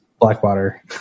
Blackwater